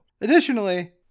Additionally